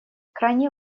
крайне